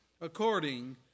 according